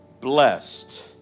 blessed